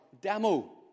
demo